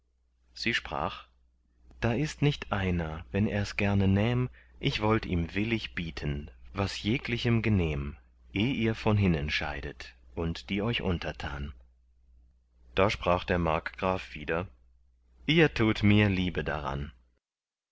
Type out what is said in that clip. sie sprach da ist nicht einer wenn er es gerne nähm ich wollt ihm willig bieten was jeglichem genehm eh ihr von hinnen scheidet und die euch untertan da sprach der markgraf wieder ihr tut mir liebe daran